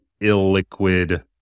illiquid